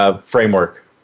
framework